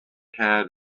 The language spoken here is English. had